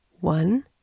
One